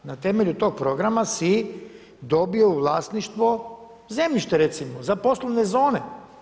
Na temelju tog programa si dobio u vlasništvo zemljište recimo za poslovne zone.